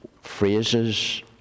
phrases